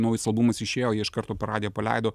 naujus albumus išėjo jie iš karto per radiją paleido